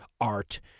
art